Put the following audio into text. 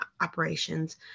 operations